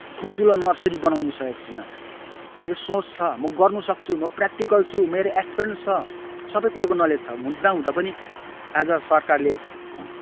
ठुल्ठुलो नर्सरी बनाउन सकेको छैन मेरो सोच छ म गर्नसक्छु म प्राक्टिकल छु मेरो एक्सपिरियन्स छ सबै कुराको नलेज छ हुँदा हुँदा पनि आज सरकारले